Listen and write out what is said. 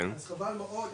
אז חבל מאוד,